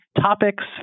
topics